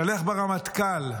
משתלח ברמטכ"ל,